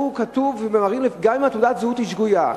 זה שהוא, כתוב, גם אם תעודת הזהות היא שגויה.